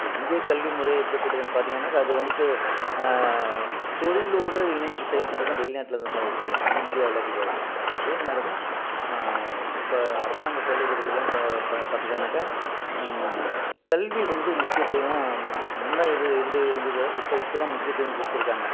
இப்போ இந்தியக் கல்வி முறை எப்படிப்பட்டதுன்னு பார்த்தீங்கன்னாக்கா அது வந்துட்டு தொழிலோடு இணைந்து செயல்படுறது தான் வெளிநாட்டில் தான் சார் இருக்கு நம்ம இந்தியாவில் கிடையாது அதே மாதிரி தான் இப்போ அரசாங்க பள்ளிக்கூடத்தில் பார்த்தீங்கன்னாக்கா கல்வி வந்து முக்கியத்துவம் முன்னே அது எதில் இருந்துதோ இப்போ இப்போ தான் முக்கியத்துவம் கொடுத்துருக்காங்க